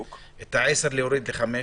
את ה-10 להוריד ל-5,